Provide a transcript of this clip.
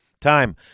time